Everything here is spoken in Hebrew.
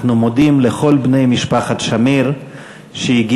אנחנו מודים לכל בני משפחת שמיר שהגיעו,